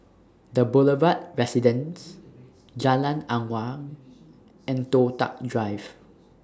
The Boulevard Residence Jalan Awang and Toh Tuck Drive